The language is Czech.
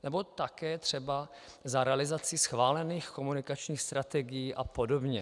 Nebo také třeba za realizaci schválených komunikačních strategií a podobně.